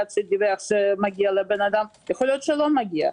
שדיווח שמגיע לבן אדם יכול להיות שלא מגיע.